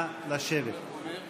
לפני שאנחנו נעבור להצבעות,